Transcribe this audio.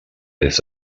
des